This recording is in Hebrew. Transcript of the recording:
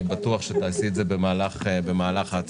אני בטוח שתעשי את זה במהלך ההצגה.